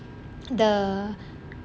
the